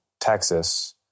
Texas